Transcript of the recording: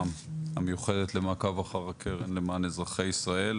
המיוחדת למעקב אחר הקרן למען אזרחי ישראל,